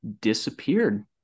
disappeared